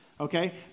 Okay